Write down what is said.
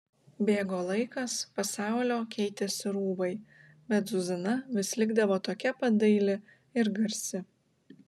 bėgo laikas pasaulio keitėsi rūbai bet zuzana vis likdavo tokia pat daili ir garsi